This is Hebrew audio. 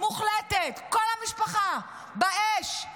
מוחלטת, כל המשפחה, באש.